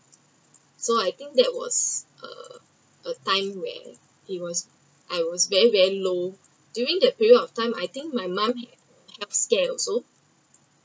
so I think that was a a time where it was I was very very low during that period of time I think my mum had kind of scare also